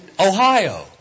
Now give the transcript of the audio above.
Ohio